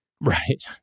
right